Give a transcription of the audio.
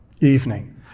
evening